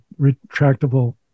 retractable